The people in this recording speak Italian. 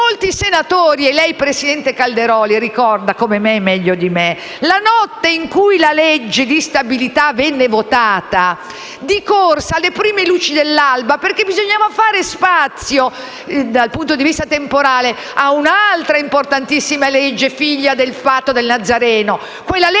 Grazie a tutte